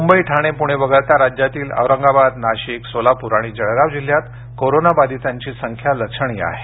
मुंबई ठाणे पूणे वगळता राज्यातील औरंगाबाद नाशिक सोलापूर आणि जळगाव जिल्ह्यात कोरोना बाधितांची संख्या लक्षणीय आहे